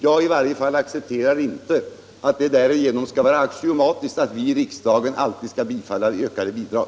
Jag accepterar i varje fall inte att det därigenom skall vara axiomatiskt att vi i riksdagen alltid skall bifalla yrkanden om ökade bidrag.